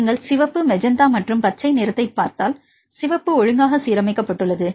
நீங்கள் சிவப்பு மெஜந்தா மற்றும் பச்சை நிறத்தை பார்த்தால் சிவப்பு ஒழுங்காக சீரமைக்கப்பட்டுள்ளது